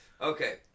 Okay